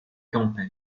camper